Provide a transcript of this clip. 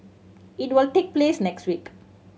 it will take place next week